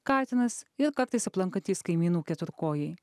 katinas ir kartais aplankantys kaimynų keturkojai